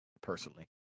personally